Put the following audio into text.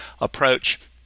approach